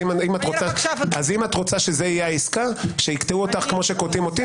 אז אם את רוצה שזה יהיה העסקה שיקטעו אותך כפי שקוטעים אותי,